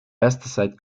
pesticide